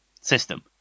system